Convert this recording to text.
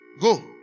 Go